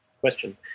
question